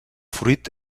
fruit